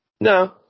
No